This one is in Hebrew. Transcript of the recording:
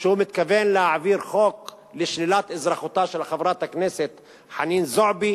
שהוא מתכוון להעביר חוק לשלילת אזרחותה של חברת הכנסת חנין זועבי,